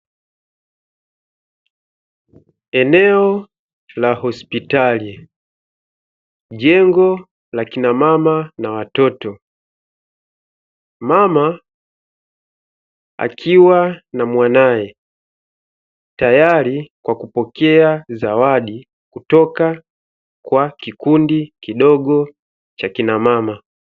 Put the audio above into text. Eneo la hospitali. Jengo la kina mama na watoto. Mama akiwa na mwanawe, tayari kwa kupokea zawadi kutoka kwa kikundi kidogo cha kinamama.